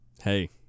Hey